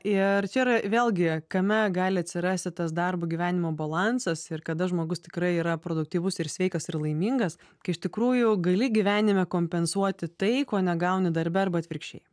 ir čia yra vėlgi kame gali atsirasti tas darbo gyvenimo balansas ir kada žmogus tikrai yra produktyvus ir sveikas ir laimingas kai iš tikrųjų gali gyvenime kompensuoti tai ko negauni darbe arba atvirkščiai